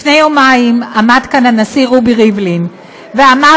לפני יומיים עמד כאן הנשיא רובי ריבלין ואמר